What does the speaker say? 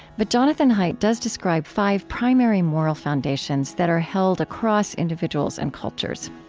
but jonathan haidt does describe five primary moral foundations that are held across individuals and cultures.